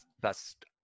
best